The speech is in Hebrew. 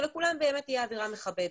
שלכולם תהיה אווירה מכבדת.